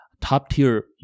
top-tier